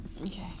Okay